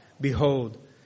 behold